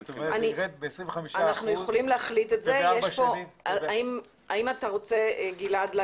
גלעד, תציג את הצעת הפשרה.